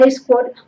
score